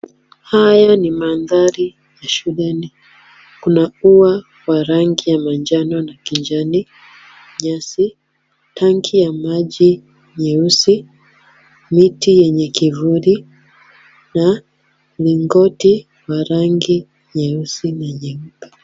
Haya ni mandhari ya shuleni. Kuna ua wa rangi ya manjano na kijani nyasi, rangi ya maji nyeusi, miti yenye kivuli na mlingoti wa rangi nyeusi na nyeupe.